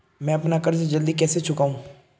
मैं अपना कर्ज जल्दी कैसे चुकाऊं?